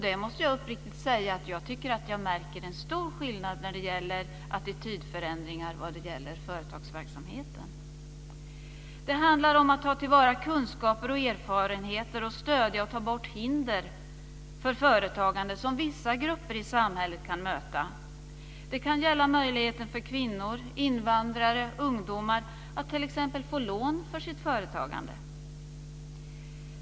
Jag måste uppriktigt säga att jag märker en stor skillnad när det gäller attitydförändringar och företagsverksamheten. Det handlar om att ta till vara kunskaper och erfarenheter och att stödja och ta bort hinder för företagande som vissa grupper i samhället kan möta. Det kan gälla möjligheten för kvinnor, invandrare och ungdomar att t.ex. få lån för sitt företagande.